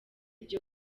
ibyo